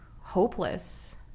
hopeless